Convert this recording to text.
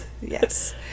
Yes